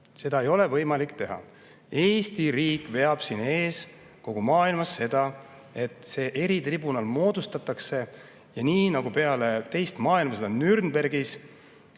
Seda ei ole võimalik teha. Eesti veab kogu maailmas eest seda, et see eritribunal moodustataks ja nii nagu peale teist maailmasõda Nürnbergis,